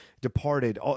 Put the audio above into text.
Departed